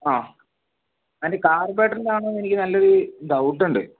അ അതിൻ്റെ കാർബേറ്റോർൻ്റെ ആണോന്ന് എനിക്ക് നല്ലൊരു ഡൌട്ട് ഉണ്ട്